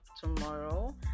tomorrow